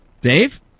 Dave